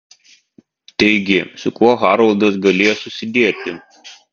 taigi su kuo haroldas galėjo susidėti